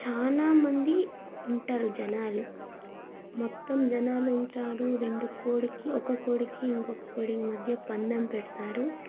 చాలా మంది ఉంటారు జనాలు మొత్తం జనాలు ఉంటారు రెండు కోడికి ఒక కోడికి ఇంకొక కోడికి మధ్య పందెం పెడతారు